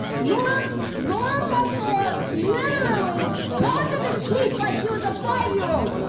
laura laura pastor literally talked to the chief like she was a five-year-old.